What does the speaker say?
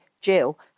Jill